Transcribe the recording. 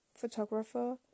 photographer